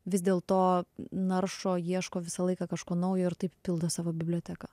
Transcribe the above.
vis dėl to naršo ieško visą laiką kažko naujo ir taip pildo savo biblioteką